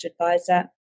advisor